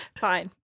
Fine